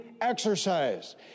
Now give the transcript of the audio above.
exercise